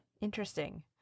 interesting